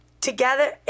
together